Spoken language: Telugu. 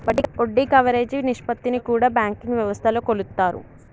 వడ్డీ కవరేజీ నిష్పత్తిని కూడా బ్యాంకింగ్ వ్యవస్థలో కొలుత్తారు